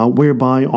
whereby